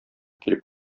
килеп